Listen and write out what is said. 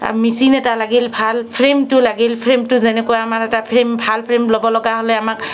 machine এটা লাগিল ভাল ফ্ৰেমটো লাগিল ফ্ৰেমটো যেনেকুৱা আমাৰ এটা ফ্ৰেম ভাল ফ্ৰেম ল'ব লগা হ'লে আমাক